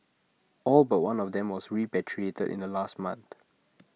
all but one of them were repatriated in last month